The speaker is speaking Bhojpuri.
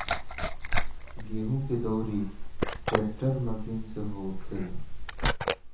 गेहूं के दउरी ट्रेक्टर मशीन से होखेला